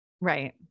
Right